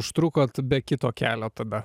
užtrukot be kito kelio tada